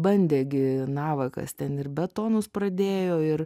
bandė gi navakas ten ir betonus pradėjo ir